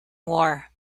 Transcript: war